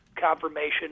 confirmation